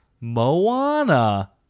Moana